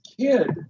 kid